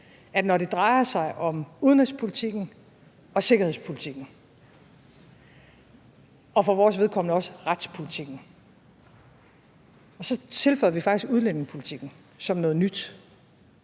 at når det drejer sig om udenrigspolitikken og sikkerhedspolitikken – og for vores vedkommende også retspolitikken; og så tilføjede vi faktisk udlændingepolitikken som noget nyt,